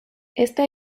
esta